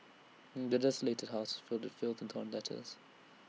the desolated house was filled in filth and torn letters